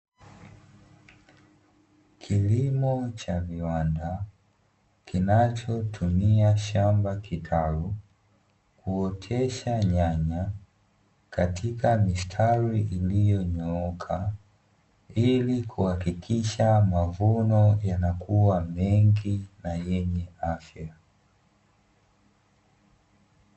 Kilimo cha viwanda kinachotumia shamba kitalu kuotesha nyanya katika mistari iliyonyooka ili kuhakikisha mavuno yanakuwa mengi na yenye afya.